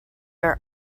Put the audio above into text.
are